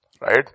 Right